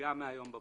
ומהיום בבוקר.